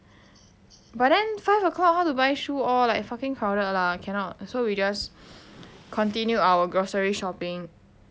but then five o'clock how to buy shoe all like fucking crowded lah cannot so we just continue our grocery shopping